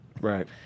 Right